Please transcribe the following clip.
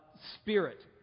spirit